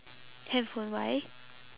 handphone why